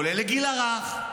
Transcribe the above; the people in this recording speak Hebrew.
כולל לגיל הרך,